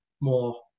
more